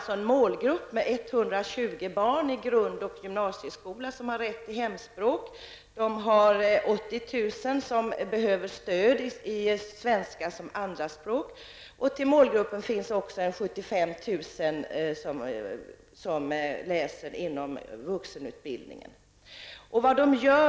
De har en målgrupp med 120 000 barn i grund och gymnasieskolan som har rätt till hemspråksundervisning, de har 80 000 barn som behöver stöd i svenska som andra språk och i målgruppen finns även 75 000 personer som läser inom vuxenutbildningen.